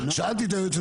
אמרה את זה לפרוטוקול.